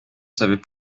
savait